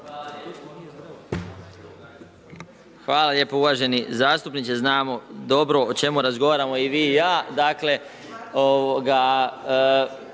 Hvala lijepo uvaženi zastupniče. Znamo dobro o čemu razgovaramo i vi i ja,